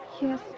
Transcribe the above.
Yes